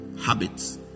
habits